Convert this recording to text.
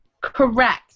Correct